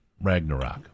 Ragnarok